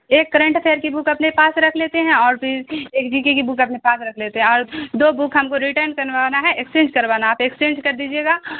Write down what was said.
ایک current affair کی book اپنے پاس رکھ لیتے ہیں اور پھر ایک جی کے کی بک اپنے پاس رکھ لیتے ہیں اور دو بک ہم کو ریٹرن کروانا ہے ایکسچینج کروانا ہے آپ ایکسچینج کر دیجیے گا